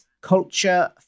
culture